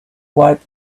wiped